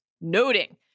noting